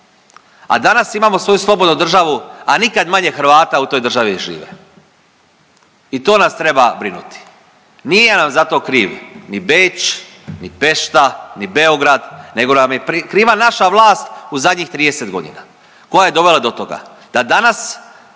a danas imamo svoju slobodnu državu, a nikad manje Hrvata u toj državi žive. I to nas treba brinuti. Nije nam za to kriv ni Beč, ni Pešta, ni Beograd, nego nam je kriva naša vlast u zadnjih 30 godina koja je dovela do toga da danas